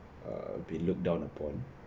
err be looked down upon